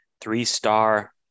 three-star